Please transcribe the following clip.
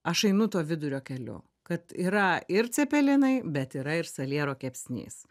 aš einu tuo vidurio keliu kad yra ir cepelinai bet yra ir saliero kepsnys